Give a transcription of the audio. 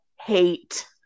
hate